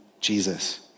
Jesus